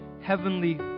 Heavenly